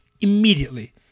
Immediately